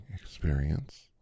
experience